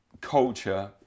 culture